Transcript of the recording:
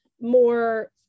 more